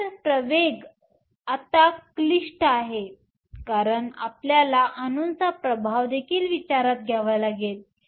तर प्रवेग आता क्लिष्ट आहे कारण आपल्याला अणूंचा प्रभाव देखील विचारात घ्यावा लागेल